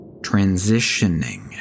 transitioning